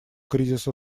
кризиса